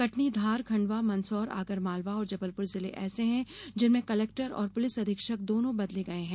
कटनी धार खंडवा मंदसौर आगरमालवा और जबलपुर जिले ऐसे हैं जिनमें कलेक्टर और पुलिस अधीक्षक दोनों बदले गये हैं